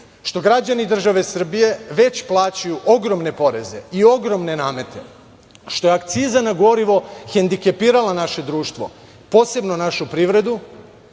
što građani države Srbije već plaćaju ogromne poreze i ogromne namete, što je akciza na gorivo hendikepirala naše društvo, posebno našu privredu,